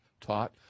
taught